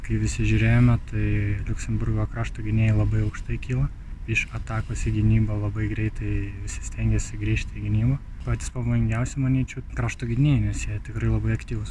kai visi žiūrėjome tai liuksemburgo krašto gynėjai labai aukštai kyla iš atakos į gynybą labai greitai visi stengiasi grįžti į gynybą patys pavojingiausi manyčiau krašto gynėjai nes jie tikrai labai aktyvūs